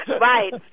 Right